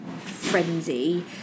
frenzy